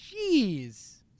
Jeez